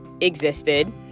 existed